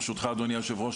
ברשותך אדוני היושב ראש,